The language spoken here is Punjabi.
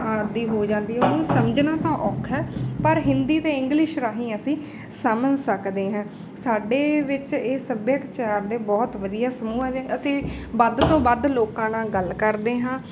ਆਦੀ ਹੋ ਜਾਂਦੀ ਉਹਨੂੰ ਸਮਝਣਾ ਤਾਂ ਔਖਾ ਪਰ ਹਿੰਦੀ ਅਤੇ ਇੰਗਲਿਸ਼ ਰਾਹੀਂ ਅਸੀਂ ਸਮਝ ਸਕਦੇ ਹਾਂ ਸਾਡੇ ਵਿੱਚ ਇਹ ਸੱਭਿਆਚਾਰ ਦੇ ਬਹੁਤ ਵਧੀਆ ਸਮੂਹ ਐਗੇ ਅਸੀਂ ਵੱਧ ਤੋਂ ਵੱਧ ਲੋਕਾਂ ਨਾਲ ਗੱਲ ਕਰਦੇ ਹਾਂ